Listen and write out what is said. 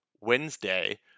Wednesday